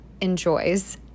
enjoys